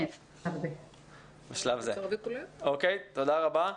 תודה רבה.